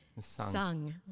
sung